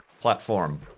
platform